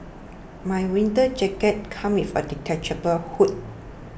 my winter jacket came with a detachable hood